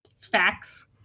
facts